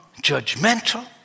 judgmental